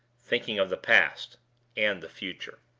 thinking of the past and the future.